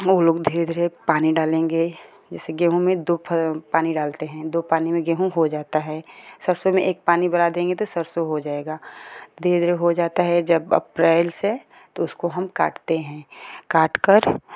हम लोग धीरे धीरे पानी डालेंगे जैसे गेहूँ में दो पानी डालते हैं दो पानी में गेहूँ हो जाता है सरसों में एक पानी बढ़ा देंगे तो सरसो हो जाएगा धीरे धीरे हो जाता है जब अप्रेल से तो उसको हम काटते हैं काट कर